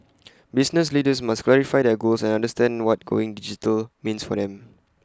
business leaders must clarify their goals and understand what going digital means for them